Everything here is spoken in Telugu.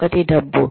ఒకటి డబ్బు